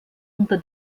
unter